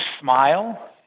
smile